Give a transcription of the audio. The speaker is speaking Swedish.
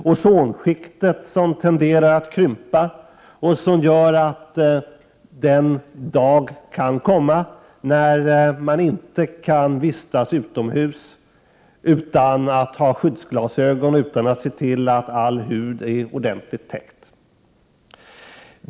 Det är ozonskiktet, som tenderar att krympa och som gör att den dag kan komma när man inte kan vistas utomhus utan att ha skyddsglasögon och utan att se till att all hud är ordentligt täckt.